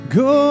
go